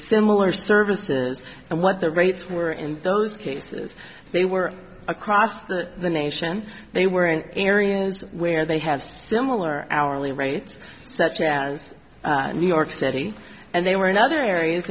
similar services and what the rates were in those cases they were across the nation they were in areas where they have similar hourly rates such as new york city and they were in other areas